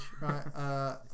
right